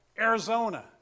Arizona